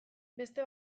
beste